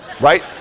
right